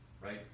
right